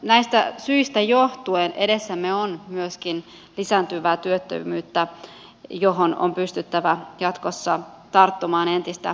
näistä syistä johtuen edessämme on myöskin lisääntyvää työttömyyttä johon on pystyttävä jatkossa tarttumaan entistä tiukemmin